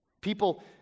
People